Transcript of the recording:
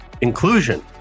inclusion